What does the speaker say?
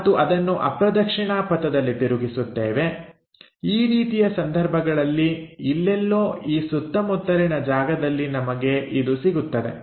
ಮತ್ತು ಅದನ್ನು ಅಪ್ರದಕ್ಷಿಣಾ ಪಥದಲ್ಲಿ ತಿರುಗಿಸುತ್ತೇವೆ ಈ ರೀತಿಯ ಸಂದರ್ಭಗಳಲ್ಲಿ ಇಲ್ಲೆಲ್ಲೋ ಈ ಸುತ್ತಮುತ್ತಲಿನ ಜಾಗದಲ್ಲಿ ನಮಗೆ ಇದು ಸಿಗುತ್ತದೆ